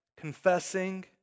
confessing